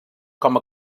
com